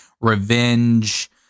revenge